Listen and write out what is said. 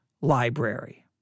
library